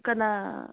ꯀꯅꯥ